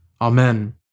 Amen